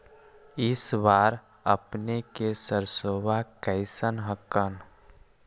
इस बार अपने के सरसोबा कैसन हकन?